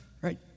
right